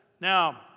Now